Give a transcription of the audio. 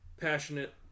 passionate